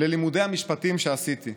ללימודי המשפטים שעשיתי.